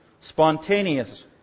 spontaneous